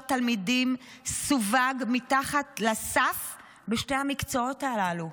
תלמידים סווג מתחת לסף בשני המקצועות הללו.